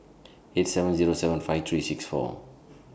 eight seven Zero seven five three six four